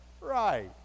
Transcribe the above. right